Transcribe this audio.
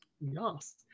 Yes